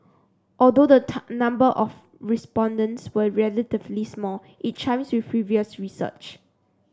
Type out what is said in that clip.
although the number of respondents were relatively small it chimes with previous research